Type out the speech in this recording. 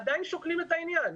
עדיין שוקלים את העניין.